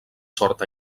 sort